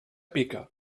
pica